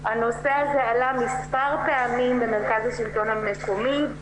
הנושא הזה עלה מספר פעמים במרכז השלטון המקומי.